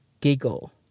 giggle